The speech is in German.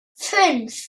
fünf